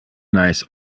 nice